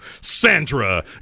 Sandra